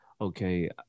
okay